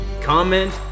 Comment